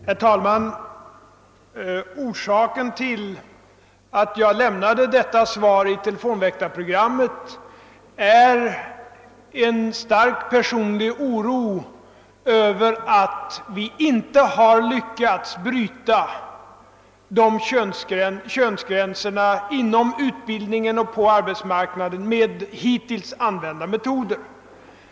Herr talman! Orsaken till att jag lämnade detta svar i teiefonväktarprogrammet är en stark personlig oro över att vi inte lyckats riva ned könsgränserna inom utbildningen och på arbetsmarknaden med hittills använda metoder.